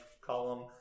column